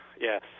yes